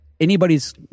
anybody's